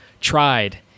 tried